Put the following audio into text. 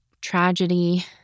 tragedy